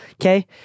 okay